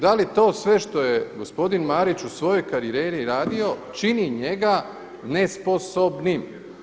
Da li to sve što je gospodin Marić u svojoj karijeri radio čini njega nesposobnim?